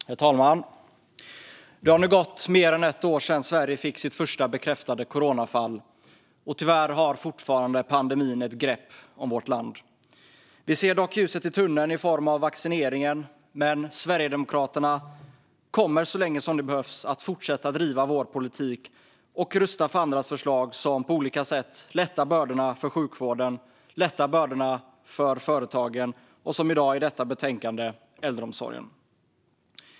Herr talman! Det har nu gått mer än ett år sedan Sverige fick sitt första bekräftade coronafall. Tyvärr har pandemin fortfarande ett grepp om vårt land. Vi ser dock ljuset i tunneln i form av vaccineringen. Vi i Sverigedemokraterna kommer så länge som det behövs att fortsätta driva vår politik och rösta för andras förslag som på olika sätt lättar bördorna för sjukvården, företagen och, som i dag i detta betänkande, äldreomsorgen.